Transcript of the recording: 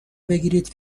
بگیرید